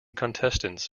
contestants